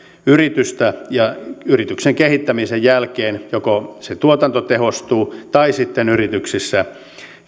yritystä ja yrityksen kehittämisen jälkeen joko se tuotanto tehostuu tai sitten yrityksissä